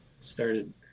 started